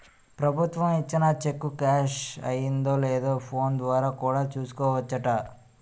ప్రభుత్వం ఇచ్చిన cheque cash అయిందో లేదో ఫోన్ ద్వారా కూడా చూసుకోవచ్చట